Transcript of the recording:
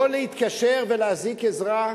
לא להתקשר ולהזעיק עזרה.